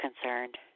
concerned